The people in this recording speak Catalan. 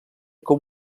com